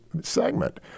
segment